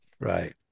Right